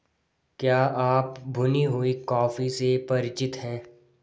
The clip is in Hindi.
क्या आप भुनी हुई कॉफी से परिचित हैं?